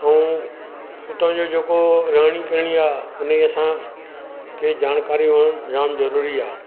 अऊं हुतां जो जेको रहणी कहणी आहे उन जे असांखे जानकारियूं जाम ज़रूरी आहे